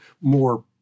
more